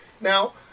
now